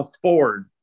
afford